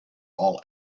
all